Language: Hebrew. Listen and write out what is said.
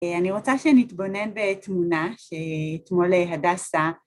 אני רוצה שנתבונן בתמונה שאתמול הדסה.